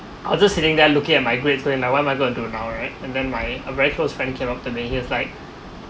I'll just sitting there looking at my grades planning what am I gonna do now right and then my a very close friend came up to me he was like